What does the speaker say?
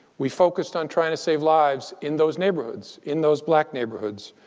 we focused on trying to save lives in those neighborhoods, in those black neighborhoods,